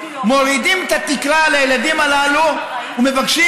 מורידים את התקרה לילדים הללו ומבקשים